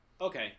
Okay